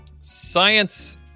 science